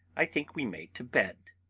i think we may to bed.